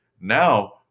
now